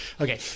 Okay